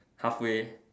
half way